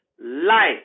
Life